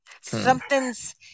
Something's